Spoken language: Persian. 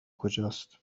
کجاست